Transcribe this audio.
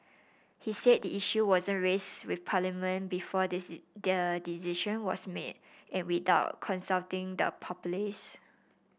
he said the issue wasn't raised with Parliament before the decision was made and without consulting the populace